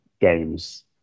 games